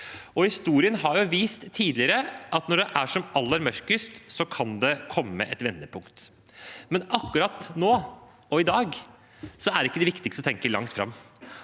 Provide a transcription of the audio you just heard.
Historien har vist at når det er som aller mørkest, kan det komme et vendepunkt. Men akkurat nå, og i dag, er ikke det viktigste å tenke langt fram.